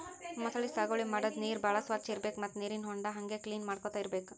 ಮೊಸಳಿ ಸಾಗುವಳಿ ಮಾಡದ್ದ್ ನೀರ್ ಭಾಳ್ ಸ್ವಚ್ಚ್ ಇರ್ಬೆಕ್ ಮತ್ತ್ ನೀರಿನ್ ಹೊಂಡಾ ಹಂಗೆ ಕ್ಲೀನ್ ಮಾಡ್ಕೊತ್ ಇರ್ಬೆಕ್